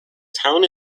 town